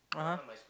(uh huh)